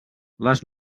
les